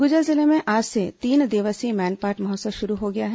सरगुजा जिले में आज से तीन दिवसीय मैनपाट महोत्सव शुरू हो गया है